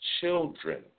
children